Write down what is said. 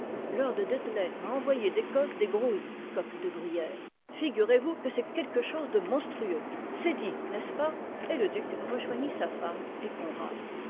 lord dudley m'a envoyé d'écosse des grouses coqs de bruyère figurez-vous que c'est quelque chose de monstrueux c'est dit n'est-ce pas et le duc rejoignit sa femme et conrad